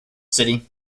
city